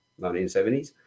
1970s